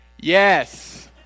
Yes